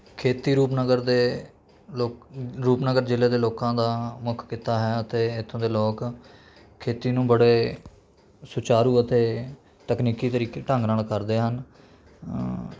ਖੇਤੀ ਰੂਪਨਗਰ ਦੇ ਰੂਪਨਗਰ ਜ਼ਿਲ੍ਹੇ ਦੇ ਲੋਕਾਂ ਦਾ ਮੁੱਖ ਕਿੱਤਾ ਹੈ ਅਤੇ ਇੱਥੋਂ ਦੇ ਲੋਕ ਖੇਤੀ ਨੂੰ ਬੜੇ ਸੁਚਾਰੂ ਅਤੇ ਤਕਨੀਕੀ ਤਰੀਕੇ ਢੰਗ ਨਾਲ ਕਰਦੇ ਹਨ